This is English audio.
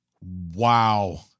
Wow